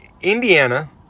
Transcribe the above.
Indiana